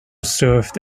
served